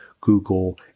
Google